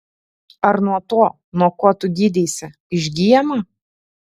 ar nuo to nuo ko tu gydeisi išgyjama